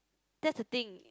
that's the thing